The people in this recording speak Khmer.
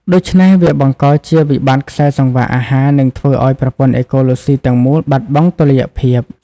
ដូច្នេះ វាបង្កជាវិបត្តិខ្សែសង្វាក់អាហារ និងធ្វើឲ្យប្រព័ន្ធអេកូឡូស៊ីទាំងមូលបាត់បង់តុល្យភាព។